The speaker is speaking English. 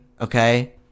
Okay